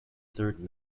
third